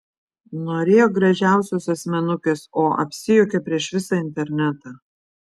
norėjo gražiausios asmenukės o apsijuokė prieš visą internetą